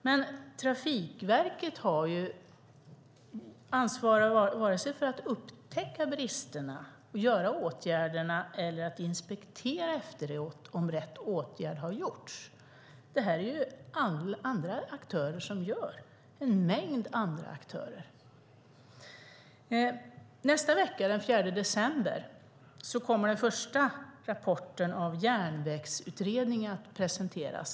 Men Trafikverket har varken ansvar för att upptäcka bristerna, vidta åtgärder eller inspektera efteråt om rätt åtgärd har vidtagits. Det gör en mängd andra aktörer. Nästa vecka, den 4 december, kommer den första rapporten från Järnvägsutredningen att presenteras.